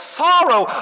sorrow